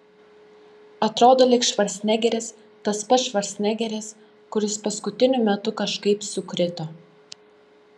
atrodo lyg švarcnegeris tas pats švarcnegeris kuris paskutiniu metu kažkaip sukrito